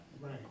Right